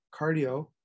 cardio